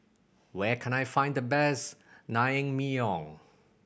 where can I find the best Naengmyeon